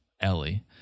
Ellie